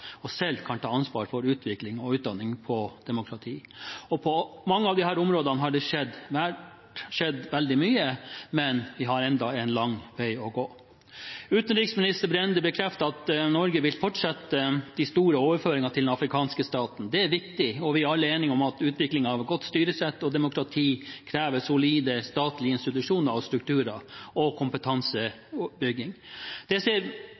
og selv kan ta ansvar for utvikling og utdanning med tanke på demokrati. På mange av disse områdene har det skjedd veldig mye, men vi har enda en lang vei å gå. Utenriksminister Brende bekreftet at Norge vil fortsette de store overføringene til den afghanske staten. Det er viktig, og vi er alle enige om at utvikling av godt styresett og demokrati krever solide statlige institusjoner, strukturer og kompetansebygging. Det ser